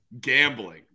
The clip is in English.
gambling